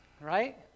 Right